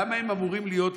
למה הם אמורים להיות,